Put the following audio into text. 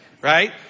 Right